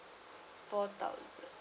four thousand